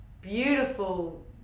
beautiful